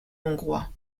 hongrois